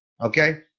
Okay